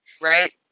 Right